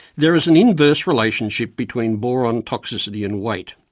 there is an inverse relationship between boron toxicity and weight.